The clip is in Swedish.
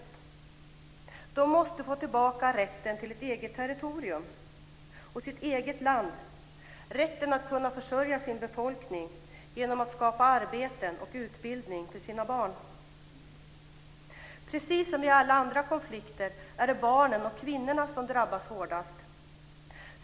Det västsahariska folket måste få tillbaka rätten till ett eget territorium och sitt eget land, rätten att kunna försörja sin befolkning genom att skapa arbeten och utbildning för sina barn. Precis som i alla andra konflikter är det barnen och kvinnorna som drabbas hårdast.